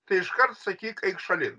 tai iškart sakyk eik šalin